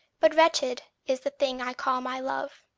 but wretched is the thing i call my love.